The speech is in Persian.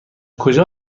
کجا